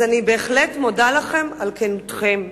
אז אני בהחלט מודה לכם על כנותכם.